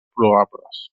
probables